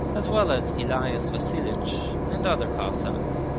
as well as elias vasilich and other cossacks,